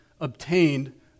obtained